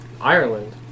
Ireland